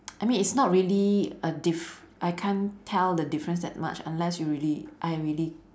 I mean it's not really a diff~ I can't tell the difference that much unless you really I really